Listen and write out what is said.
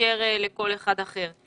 מאשר לכל אחד אחר.